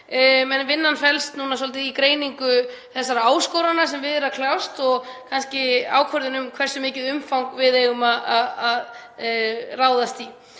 en vinnan felst núna svolítið í greiningu þessara áskorana sem við er að kljást og kannski ákvörðun um umfangið, hversu mikið við eigum að ráðast í.